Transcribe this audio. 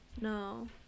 no